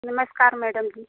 नमस्कार मैडम जी